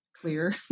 clear